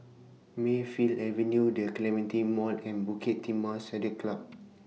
Mayfield Avenue The Clementi Mall and Bukit Timah Saddle Club